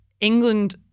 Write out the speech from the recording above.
England